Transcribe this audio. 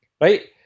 right